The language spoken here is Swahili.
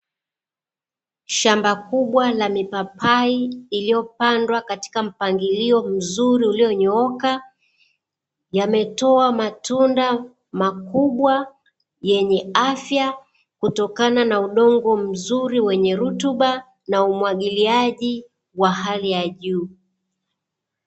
Shamba kubwa la mipapai iliyopandwa katika mpangilio mzuri ulionyooka, yametoa matunda makubwa yenye afya kutokana na udongo mzuri wenye rutuba na umwagiliaji wa hali ya juu.